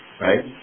right